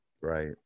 Right